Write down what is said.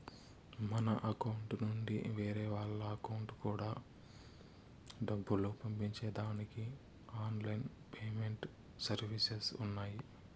మన అకౌంట్ నుండి వేరే వాళ్ళ అకౌంట్ కూడా డబ్బులు పంపించడానికి ఆన్ లైన్ పేమెంట్ సర్వీసెస్ ఉన్నాయి